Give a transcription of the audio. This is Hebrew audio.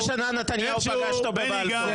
בני גנץ -- ובאיזה שנה נתניהו פגש אותו בבלפור?